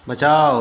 बचाओ